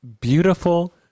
beautiful